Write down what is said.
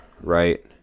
right